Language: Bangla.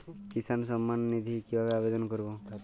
কিষান সম্মাননিধি কিভাবে আবেদন করব?